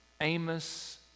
Amos